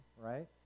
right